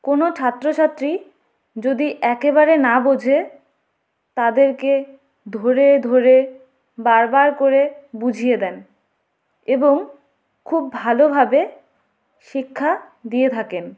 কোনো ছাত্র ছাত্রী যদি একেবারে না বোঝে তাদেরকে ধরে ধরে বারবার করে বুঝিয়ে দেন এবং খুব ভালোভাবে শিক্ষা দিয়ে থাকেন